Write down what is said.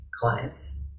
clients